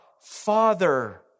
Father